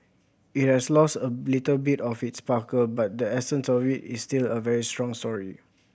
it has lost a little bit of its sparkle but the essence of it is still a very strong story